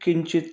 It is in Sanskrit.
किञ्चित्